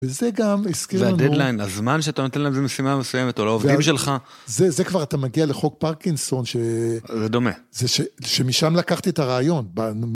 וזה גם הסכם ממון, זה הדדליין הזמן שאתה נותן להם איזו משימה מסוימת, או לעובדים שלך. זה, זה כבר, אתה מגיע לחוק פרקינסון ש... זה דומה. זה ש.. שמשם לקחתי את הרעיון ב..